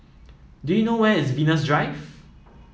do you know where is Venus Drive